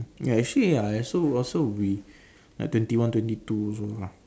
ya actually I also I also we like twenty one twenty two also ah